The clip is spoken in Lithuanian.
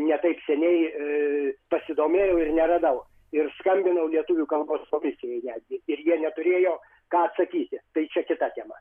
ne taip seniai pasidomėjau ir neradau ir skambinau lietuvių kalbos komisijai netgi ir jie neturėjo ką atsakyti tai čia kita tema